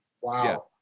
Wow